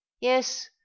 yes